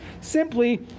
simply